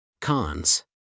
Cons